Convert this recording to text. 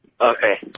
Okay